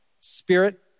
spirit